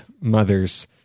mothers